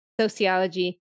sociology